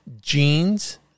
jeans